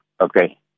Okay